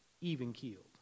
even-keeled